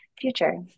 future